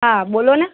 હા બોલો ને